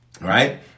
Right